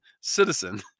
citizen